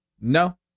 No